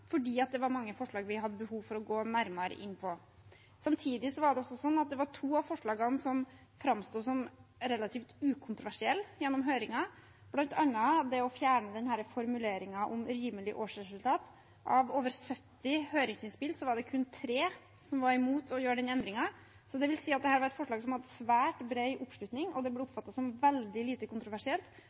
fordi det var mange forslag vi hadde behov for å gå nærmere inn på. Samtidig var det to av forslagene som framsto som relativt ukontroversielle gjennom høringen, bl.a. det å fjerne formuleringen «rimelig årsresultat». Av over 70 høringsinnspill var det kun 3 som var imot å gjøre den endringen, dvs. at dette var et forslag som hadde svært bred oppslutning, det ble oppfattet som veldig lite kontroversielt,